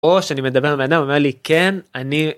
או שאני מדבר עם בן אדם והוא אומר לי כן אני.